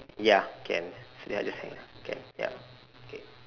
ya can so I just hang up K yup K